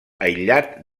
aïllat